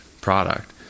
product